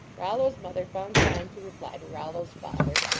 rollo s mother found time to reply to rollo s father,